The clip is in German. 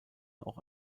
auch